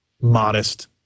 modest